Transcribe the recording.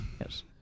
Yes